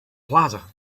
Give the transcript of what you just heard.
plaza